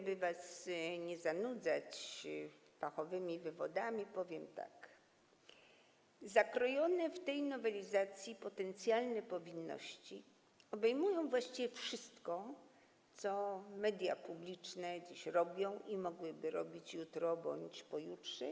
Aby nie zanudzać was fachowymi wywodami, powiem tak: zakrojone w tej nowelizacji potencjalne powinności obejmują właściwie wszystko, co media publiczne robią i mogłyby robić jutro bądź pojutrze.